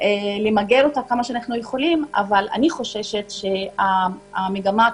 למגר אותה כמה שאנחנו יכולים אבל אני חוששת שהמגמה תתרחב,